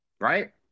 right